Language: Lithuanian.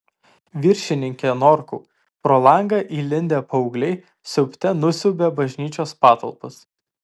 viršininke norkau pro langą įlindę paaugliai siaubte nusiaubė bažnyčios patalpas